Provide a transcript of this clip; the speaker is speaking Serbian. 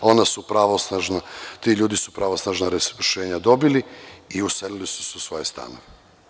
Ona su pravosnažna, ti ljudi su pravosnažna rešenja dobili i uselili su se u svoje stanove.